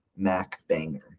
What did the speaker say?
MacBanger